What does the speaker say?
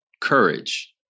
courage